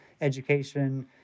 education